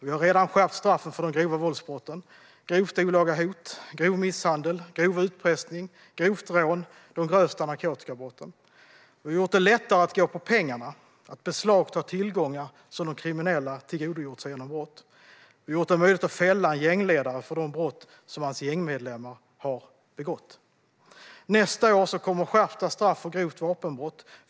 Vi har redan skärpt straffen för de grova våldsbrotten - grovt olaga hot, grov misshandel, grov utpressning, grovt rån och de grövsta narkotikabrotten. Vi har gjort det lättare att gå på pengarna, att beslagta tillgångar som de kriminella tillgodogjort sig genom brott. Vi har gjort det möjligt att fälla en gängledare för de brott som hans gängmedlemmar har begått. Nästa år kommer skärpta straff för grovt vapenbrott.